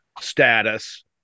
status